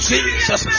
Jesus